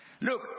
Look